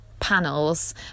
panels